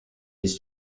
his